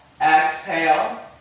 exhale